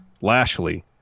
Lashley